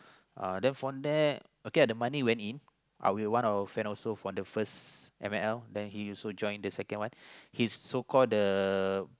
uh then from there okay lah the money went in uh we were one of our friend also from the first F and L then he also join the second one he's so call the